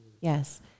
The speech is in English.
Yes